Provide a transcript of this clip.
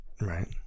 Right